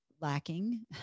lacking